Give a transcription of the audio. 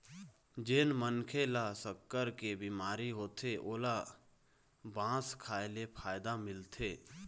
जेन मनखे ल सक्कर के बिमारी होथे ओला बांस खाए ले फायदा मिलथे